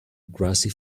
grassy